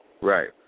Right